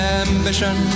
ambition